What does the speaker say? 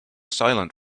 silent